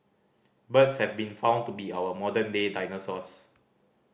birds have been found to be our modern day dinosaurs